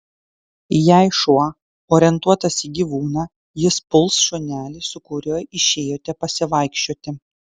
jei šuo orientuotas į gyvūną jis puls šunelį su kuriuo išėjote pasivaikščioti